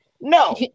No